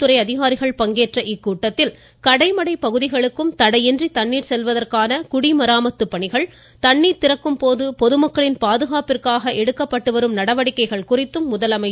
துறை அதிகாரிகள் பங்கேற்ற இக்கூட்டத்தில் கடைமடை அனைத்து பகுதிகளுக்கும் தடையின்றி தண்ணீர் செல்வதற்கான குடிமராமத்து பணிகள் தண்ணீர் திறக்கும் போது பொதுமக்களின் பாதுகாப்பிற்காக எடுக்கப்பட்டு வரும் நடவடிக்கைகள் குறித்தும் முதலமைச்சர் கேட்டறிந்தார்